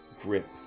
grip